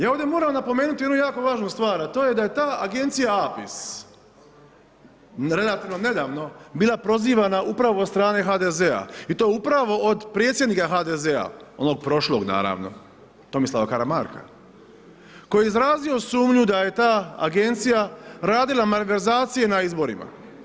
Ja ovdje moram napomenuti jednu jako važnu stvar, a to je da je ta agencija APIS relativno nedavno bila prozivana upravo od strane HDZ-a i to upravo od predsjednike HDZ-a, onog prošlog naravno Tomislava Karamarka koji je izrazio sumnju da je ta agencija radila malverzacija na izborima.